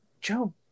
Joe